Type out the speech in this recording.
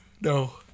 No